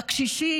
בקשישים,